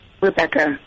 Rebecca